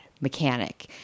mechanic